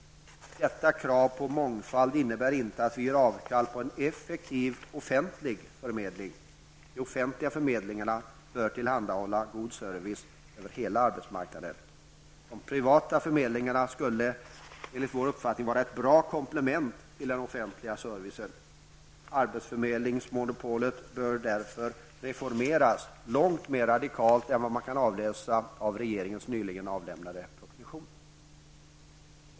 Detta krav på mångfald innebär inte att vi gör avkall på en effektiv offentlig förmedling. De offentliga förmedlingarna bör tillhandahålla god service över hela arbetsmarknaden. De privata förmedlingarna skulle enligt vår uppfattning vara ett bra komplement till den offentliga servicen. Arbetsförmedlingsmonopolet bör därför reformeras långt mer radikalt än vad som föreslås i regeringens nyligen avlämnade proposition.